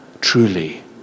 truly